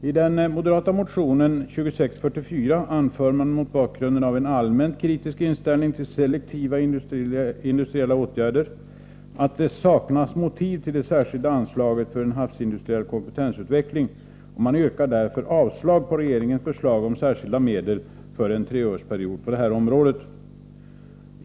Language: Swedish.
I den moderata motionen 1983/84:2644 anför man, mot bakgrund av en allmänt kritisk inställning till selektiva industriella åtgärder, att det saknas motiv till det särskilda anslaget för havsindustriell kompetensutveckling. Man yrkar därför avslag på regeringens förslag om särskilda medel för ett treårsprogram på detta område.